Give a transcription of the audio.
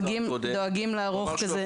דואגים לערוך כזה --- אבל הנה,